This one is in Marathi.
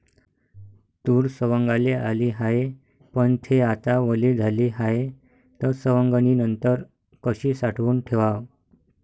तूर सवंगाले आली हाये, पन थे आता वली झाली हाये, त सवंगनीनंतर कशी साठवून ठेवाव?